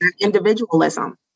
individualism